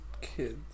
kids